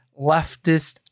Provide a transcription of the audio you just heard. leftist